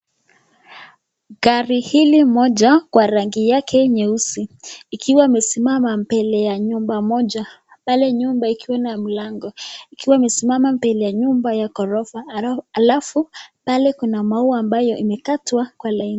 Gari hili moja Kwa rangi yake nyeusi ikiwa imesimama mbele ya nyumba pamoja pale nyuma ikiwa na mlango ikiwa imesimama mbele ya nyumba ya ghorofa ,halafu pale kuna maua ambayo imekatwa Kwa laini.